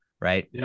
right